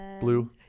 Blue